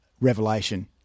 revelation